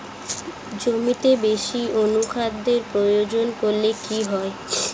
জমিতে বেশি অনুখাদ্য প্রয়োগ করলে কি হয়?